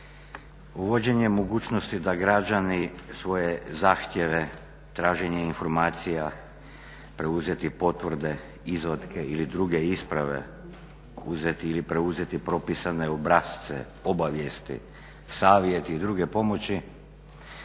Uvođenje mogućnosti da građani svoje zahtjeve, traženje informacija, preuzeti potvrde, izvatke ili druge isprave, uzeti ili preuzeti propisane obrasce, obavijesti, savjeti i druge pomoći